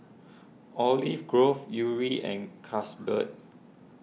Olive Grove Yuri and Carlsberg